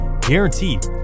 guaranteed